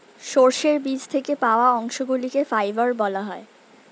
সর্ষের বীজ থেকে পাওয়া অংশগুলিকে ফাইবার বলা হয়